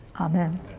Amen